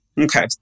Okay